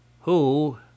Who